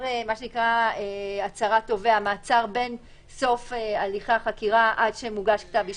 לא כולם בקיאים מה זה "דיון בעניינו של עצור לפי סעיפים 15,